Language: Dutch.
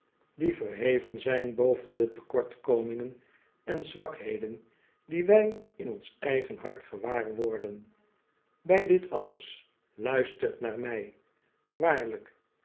die verheven zijn boven de tekortkomingen en zwakheden die wij in ons eigen hart gewaar worden bij dit alles luistert naar mij waarlijk